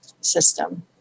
system